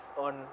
on